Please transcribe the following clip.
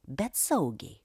bet saugiai